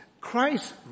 Christ